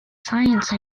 science